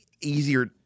easier